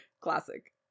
Classic